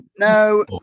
no